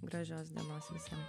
gražios dienos visiem